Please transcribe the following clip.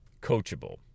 coachable